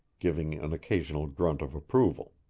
giving an occasional grunt of approval.